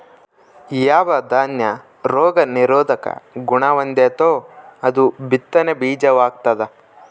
ಯಾವ ದಾನ್ಯ ರೋಗ ನಿರೋಧಕ ಗುಣಹೊಂದೆತೋ ಅದು ಬಿತ್ತನೆ ಬೀಜ ವಾಗ್ತದ